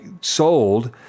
sold